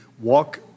walk